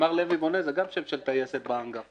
תמר לוי בונה זה גם שם של טייסת בהַנְגָּר.